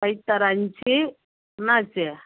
பைத்தாறு அஞ்சு என்னாச்சு